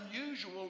unusual